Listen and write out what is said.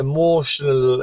Emotional